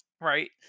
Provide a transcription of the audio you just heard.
right